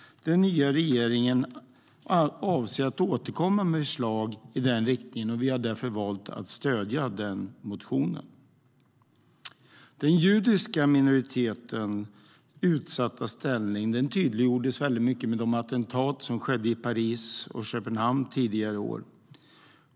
Den nya regeringen avser att återkomma med förslag i den riktningen. Vi har därför valt att stödja den motionen. Den judiska minoritetens utsatta ställning tydliggjordes väldigt mycket vid de attentat som skedde i Paris och Köpenhamn tidigare i år.